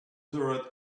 uttereth